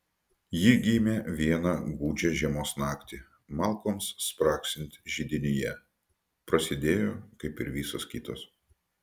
ji gimė vieną gūdžią žiemos naktį malkoms spragsint židinyje prasidėjo kaip ir visos kitos